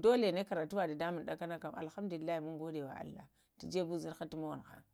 dolana karatuwa dadamŋn ɗakana kam alhamdulillah mun gode allah tu jene ushinha dan